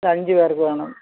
അഞ്ചു പേർക്കു വേണം